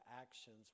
actions